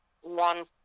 one